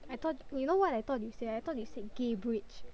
I thought you know what I thought you said I thought you said gay bridge